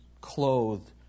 clothed